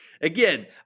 again